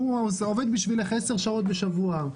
שהוא עובד בשבילך 10 שעות בשבוע,